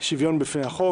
"שוויון בפני החוק.